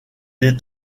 est